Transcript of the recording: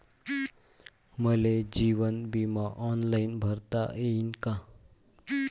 मले जीवन बिमा ऑनलाईन भरता येईन का?